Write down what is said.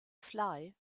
fly